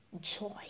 joy